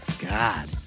god